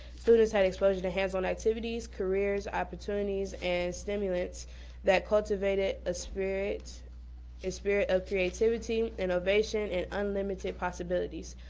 students had exposure to hands-on activities, careers, opportunities, and stimulants that cultivated a spirit a spirit of creativity, innovation, and unlimited possibilities.